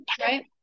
right